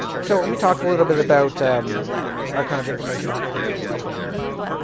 so let me talk a little bit about our kind of information architecture for the company a little bit.